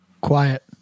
Quiet